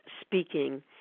speaking